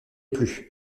plus